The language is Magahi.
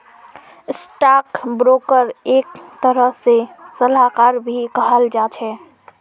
स्टाक ब्रोकरक एक तरह से सलाहकार भी कहाल जा छे